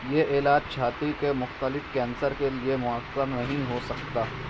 یہ علاج چھاتی کے مختلف کینسر کے لیے مؤثر نہیں ہو سکتا